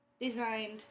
Designed